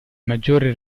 maggiore